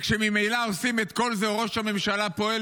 וכשממילא עושים את כל זה וראש הממשלה פועל